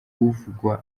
uvugwa